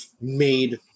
made